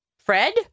Fred